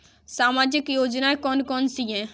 सामाजिक योजना कौन कौन सी हैं?